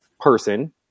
person